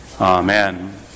Amen